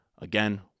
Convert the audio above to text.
Again